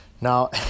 Now